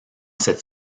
cette